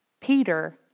Peter